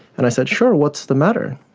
and i said, sure, what's the matter?